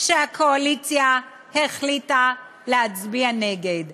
שהקואליציה החליטה להצביע נגד,